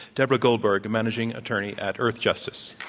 deborah goldberg, the managing attorney at earthjustice.